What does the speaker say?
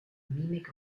mimik